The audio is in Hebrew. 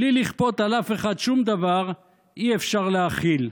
בלי לכפות על אף אחד שום דבר, אי-אפשר להכיל.